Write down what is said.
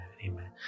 Amen